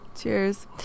Cheers